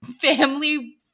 family